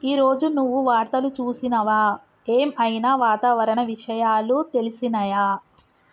ఈ రోజు నువ్వు వార్తలు చూసినవా? ఏం ఐనా వాతావరణ విషయాలు తెలిసినయా?